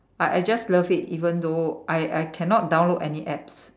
I just love it even though I I cannot download any apps